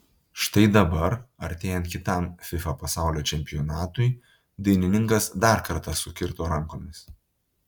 štai dabar artėjant kitam fifa pasaulio čempionatui dainininkas dar kartą sukirto rankomis